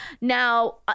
Now